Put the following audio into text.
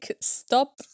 Stop